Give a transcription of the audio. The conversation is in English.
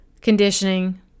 conditioning